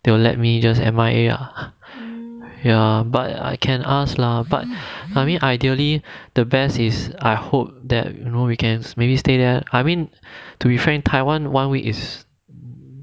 they will let me just M_I_A ah ya but I can ask lah but I mean ideally the best is I hope that you know we can maybe stay there I mean to be fair taiwan one week is